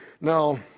Now